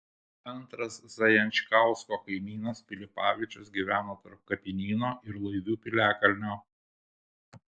antras zajančkausko kaimynas pilipavičius gyveno tarp kapinyno ir laivių piliakalnio